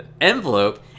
envelope